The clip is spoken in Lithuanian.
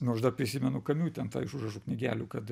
nu aš dar prisimenu kamiu ten tą iš užrašų knygelių kad